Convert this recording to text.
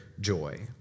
joy